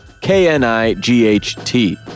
K-N-I-G-H-T